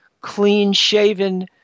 clean-shaven